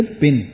pin